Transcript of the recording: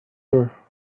her